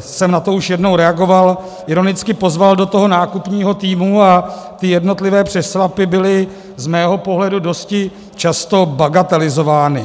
jsem na to už jednou reagoval ironicky pozval do toho nákupního týmu a ty jednotlivé přešlapy byly z mého pohledu dosti často bagatelizovány.